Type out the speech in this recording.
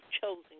chosen